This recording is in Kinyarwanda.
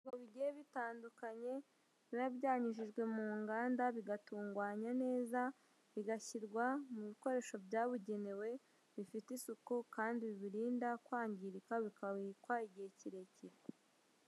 Ibicuruzwa bigiye bitandukanye biba byanyujijwe mu nganda bigatunganywa neza, bigashyirwa mu bikoresho byabugenewe bifite isuku kandi bibirinda kwangirika bikabikwa igihe kirekire.